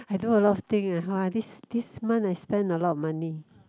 I do a lot of thing !wah! this this month I spend a lot of money